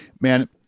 Man